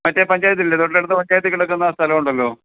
മറ്റേ പഞ്ചായത്തില്ലേ തൊട്ടടുത്ത പഞ്ചായത്തിൽ കിടക്കുന്ന ആ സ്ഥലം ഉണ്ടല്ലോ